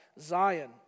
Zion